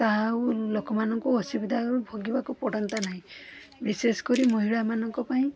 ତାହା ଆଉ ଲୋକ ମାନଙ୍କୁ ଅସୁବିଧା ଆଉ ଭୋଗିବାକୁ ପଡ଼ନ୍ତା ନାହିଁ ବିଶେଷ କରି ମହିଳା ମାନଙ୍କ ପାଇଁ